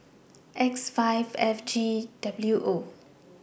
X five FGWO